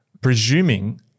presuming